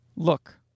Look